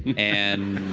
and